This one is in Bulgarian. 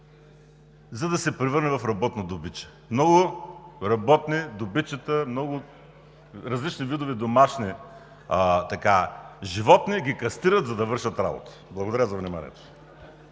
за да се превърне в работно добиче. Много работни добичета, много различни видове домашни животни ги кастрират така, за да вършат работа. Благодаря за вниманието.